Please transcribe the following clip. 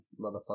Motherfucker